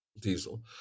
diesel